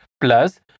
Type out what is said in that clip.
plus